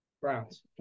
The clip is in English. Browns